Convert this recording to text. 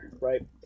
right